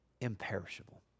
imperishable